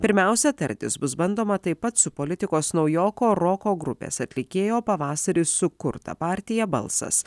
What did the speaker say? pirmiausia tartis bus bandoma taip pat su politikos naujoko roko grupės atlikėjo pavasarį sukurta partija balsas